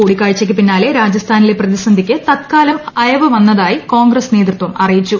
കൂടിക്കാഴ്ചക്ക് പിന്നാലെ രാജസ്ഥാനിലെ പ്രതിസന്ധിക്ക് തത്കാലം അയവു വന്നതായി കോൺഗ്രസ് നേതൃത്വം അറിയിച്ചു